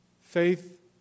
faith